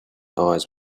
eyes